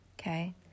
Okay